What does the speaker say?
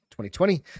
2020